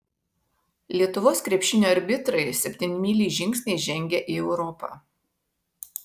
lietuvos krepšinio arbitrai septynmyliais žingsniais žengia į europą